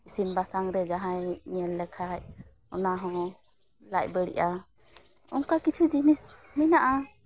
ᱤᱥᱤᱱ ᱵᱟᱥᱟᱝ ᱨᱮ ᱡᱟᱦᱟᱸᱭ ᱧᱮᱞ ᱞᱮᱠᱷᱟᱱ ᱚᱱᱟ ᱦᱚᱸ ᱞᱟᱡ ᱵᱟᱹᱲᱤᱡᱼᱟ ᱚᱱᱠᱟ ᱠᱤᱪᱷᱩ ᱡᱤᱱᱤᱥ ᱢᱮᱱᱟᱜᱼᱟ